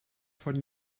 von